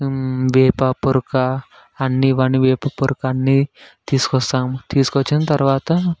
వేప పురక అన్నీ ఇవన్నీ వేప పురక అన్నీ తీసుకొస్తాము తీసుకొచ్చిన తర్వాత